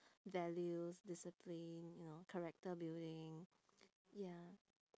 values discipline you know character building ya